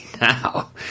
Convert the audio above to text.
now